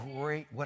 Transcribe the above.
great